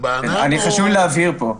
חשוב לי להבהיר פה.